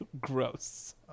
Gross